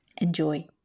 Enjoy